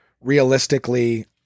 realistically